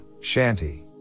shanty